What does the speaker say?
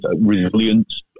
resilience